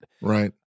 Right